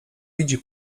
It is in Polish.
widzi